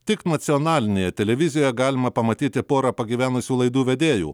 tik nacionalinėje televizijoje galima pamatyti porą pagyvenusių laidų vedėjų